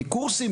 מקורסים,